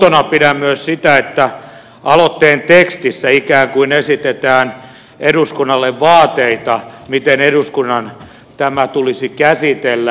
outona pidän myös sitä että aloitteen tekstissä ikään kuin esitetään eduskunnalle vaateita siitä miten eduskunnan tämä tulisi käsitellä